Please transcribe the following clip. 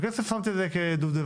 את הכסף שמתי כדובדבן,